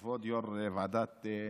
כבוד יו"ר ועדת החוקה,